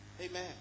Amen